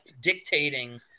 dictating